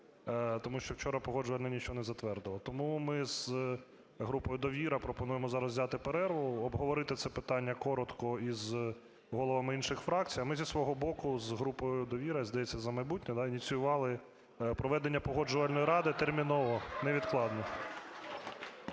тому що вчора Погоджувальна нічого не затвердила. Тому ми з групою "Довіра" пропонуємо зараз взяти перерву, обговорити це питання коротко із головами інших фракцій. А ми зі свого боку з групою "Довіра" і, здається, "За майбутнє" ініціювали проведення Погоджувальної ради терміново, невідкладно.